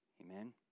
Amen